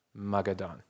Magadan